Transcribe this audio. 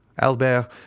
albert